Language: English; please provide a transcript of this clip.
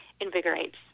invigorates